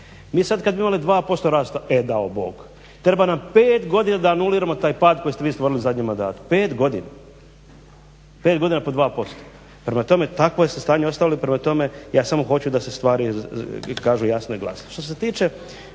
Mi sad kad bi imali 2% rasta, e dao Bog, treba nam pet godina da anuliramo taj pad koji ste vi stvorili u zadnjem mandatu, pet godina, pet godina po dva posto. Prema tome, takvo stanje ste ostavili, prema tome ja samo hoću da se stvari kažu jasno i glasno. Što se tiče